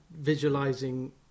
visualizing